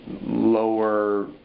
lower